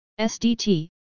SDT